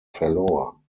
verlor